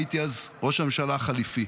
הייתי אז ראש הממשלה החליפי.